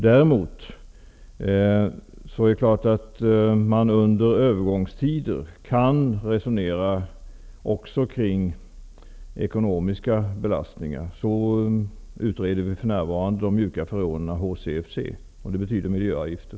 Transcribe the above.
Däremot är det klart att man under övergångstider kan resonera också kring ekonomiska belastningar. På det sättet utreder vi för närvarande de mjuka freonerna HCFC, och det betyder miljöavgifter.